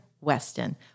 Weston